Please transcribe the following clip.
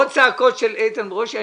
עוד צעקות של איתן ברושי,